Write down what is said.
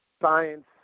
science